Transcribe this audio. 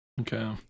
Okay